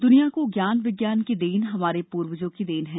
दुनिया को ज्ञान विज्ञान की देन हमारे पूर्वजों की देन है